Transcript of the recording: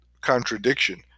contradiction